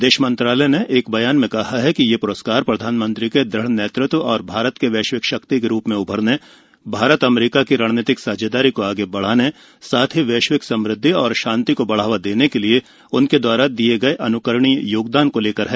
विदेश मंत्रालय ने एक बयान में कहा है कि यह प्रस्कार प्रधानमंत्री के दृढ़ नेतृत्व और भारत के वैश्विक शक्ति के रूप में उभरने और भारत अमेरिका की रणनीतिक साझेदारी को आगे बढ़ाने और वैश्विक समृद्धि और शांति को बढ़ावा देने के लिए उनके द्वारा दिए गए अन्करणीय योगदान के लिए है